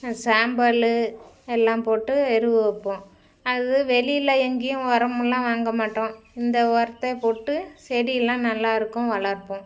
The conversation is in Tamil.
சாம்பல் எல்லாம் போட்டு எருவு வைப்போம் அது வெளியில் எங்கேயும் உரமுலாம் வாங்க மாட்டோம் இந்த உரத்தே போட்டு செடிலாம் நல்லா இருக்கும் வளர்ப்போம்